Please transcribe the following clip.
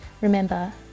Remember